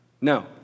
No